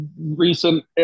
recent